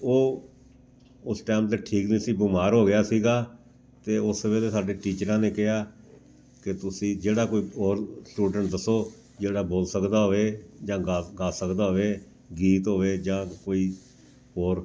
ਉਹ ਉਸ ਟਾਈਮ 'ਤੇ ਠੀਕ ਨਹੀਂ ਸੀ ਬਿਮਾਰ ਹੋ ਗਿਆ ਸੀਗਾ ਅਤੇ ਉਸ ਵੇਲੇ ਸਾਡੇ ਟੀਚਰਾਂ ਨੇ ਕਿਹਾ ਕਿ ਤੁਸੀਂ ਜਿਹੜਾ ਕੋਈ ਔਰ ਸਟੂਡੈਂਟ ਦੱਸੋ ਜਿਹੜਾ ਬੋਲ ਸਕਦਾ ਹੋਵੇ ਜਾਂ ਗਾ ਗਾ ਸਕਦਾ ਹੋਵੇ ਗੀਤ ਹੋਵੇ ਜਾਂ ਕੋਈ ਹੋਰ